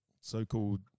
so-called